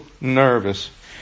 nervous